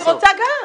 אני רוצה גם.